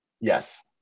Yes